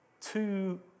two